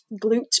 glute